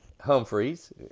Humphreys